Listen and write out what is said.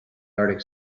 arctic